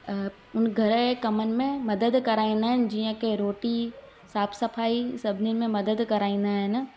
घर जे कमनि में मददु कराईंदा आहिनि जीअं के रोटी साफ़ सफ़ाई सभिनिन में मददु कराईंदा आहिनि